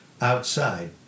outside